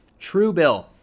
Truebill